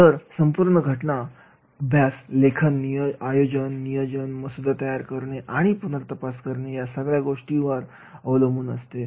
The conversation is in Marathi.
तर संपूर्ण घटना अभ्यास लेखन नियोजन आयोजन मसुदा तयार करणे आणि पुनर्तपास करणे या सगळ्या गोष्टीवर अवलंबून असते